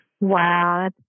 Wow